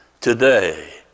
today